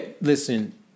listen